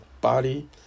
body